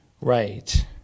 right